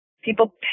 People